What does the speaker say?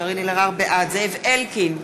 זאב אלקין,